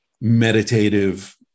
meditative